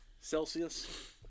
Celsius